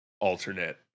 alternate